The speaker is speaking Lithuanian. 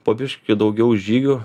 po biškį daugiau žygių